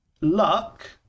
luck